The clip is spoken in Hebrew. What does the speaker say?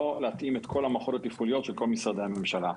לא להתאים את כל המערכות התפעוליות של כל משרדי הממשלה.